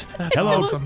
Hello